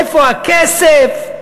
איפה הכסף?